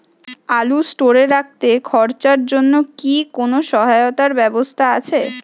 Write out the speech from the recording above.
আলু স্টোরে রাখতে খরচার জন্যকি কোন সহায়তার ব্যবস্থা আছে?